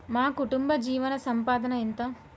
మా కుటుంబ జీవన సంపాదన ఎంత?